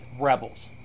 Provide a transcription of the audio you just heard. Rebels